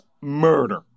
murder